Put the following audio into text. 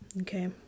okay